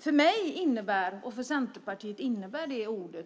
För mig och Centerpartiet innebär dessa ord